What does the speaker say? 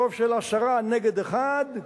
ברוב של עשרה נגד אחד,